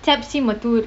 tapsi mathur